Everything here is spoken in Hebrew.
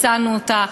הצענו אותה.